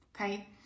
okay